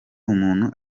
umuntu